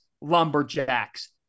Lumberjacks